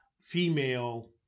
female